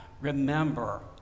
remember